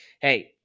hey